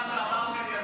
לוועדת הבריאות נתקבלה.